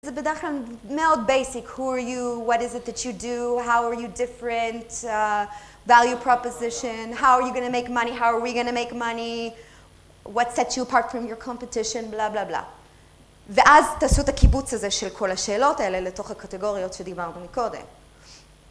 זה בדרך כלל מאוד בייסיק. Who are you? What is it that you do? How are you different? Value proposition. How are you going to make money? How are we going to make money? What sets you apart from your competition? בלה בלה בלה. ואז תעשו את הקיבוץ הזה של כל השאלות האלה לתוך הקטגוריות שדיברנו מקודם.